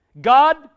God